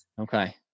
Okay